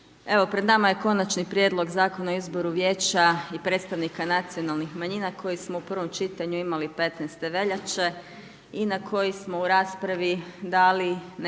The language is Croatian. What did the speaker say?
evo pred nama je Konačni prijedlog Zakona o izboru vijeća i predstavnika nacionalnih manjina koji smo u prvom čitanju imali 15. veljače i na koji smo u raspravi dali neke